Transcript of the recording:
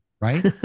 right